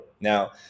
Now